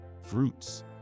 fruits